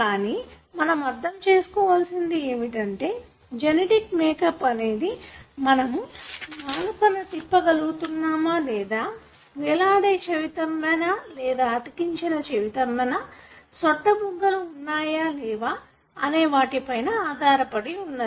కానీ మనము అర్థం చేసుకోవలసింది ఏమిటంటే జెనెటిక్ మేకప్ అనేది మనము నాలుకను తిప్పగలుగు తామా లేదా వేలాడే చెవితమ్మెన లేదా అతికించిన చెవితమ్మెన సొట్ట బుగ్గలు ఉన్నాయా అనే వాటి పైన ఆధారపడివున్నది